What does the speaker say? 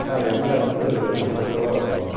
ஆ vanilla வந்து நூற்றி இருபது ரூபா வரும்மா